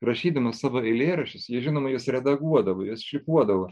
rašydamas savo eilėraščius jis žinoma juos redaguodavo juos šlifuodavo